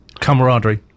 camaraderie